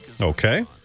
Okay